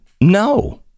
no